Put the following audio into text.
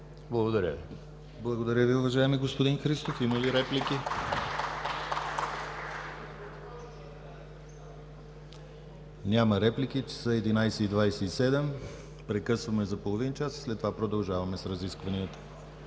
Благодаря Ви, уважаеми господин Христов. Има ли реплики? Няма. В момента е 11,27 ч. Прекъсване за половин час, след това продължаваме с разискванията.